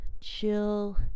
chill